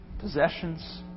possessions